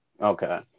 Okay